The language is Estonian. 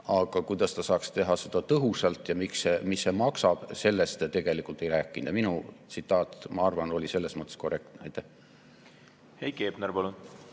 aga kuidas ta saaks teha seda tõhusalt ja mis see maksab, sellest te tegelikult ei rääkinud. Minu tsitaat, ma arvan, oli selles mõttes korrektne. Aitäh! Ma olin